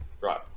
Right